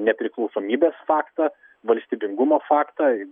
nepriklausomybės faktą valstybingumo faktą